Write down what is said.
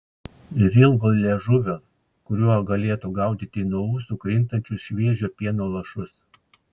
ir ilgo liežuvio kuriuo galėtų gaudyti nuo ūsų krintančius šviežio pieno lašus